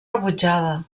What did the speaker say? rebutjada